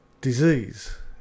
disease